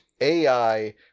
AI